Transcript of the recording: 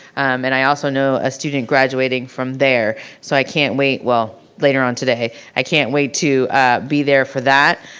and i also know a student graduating from there so i can't wait, well later on today, i can't wait to be there for that.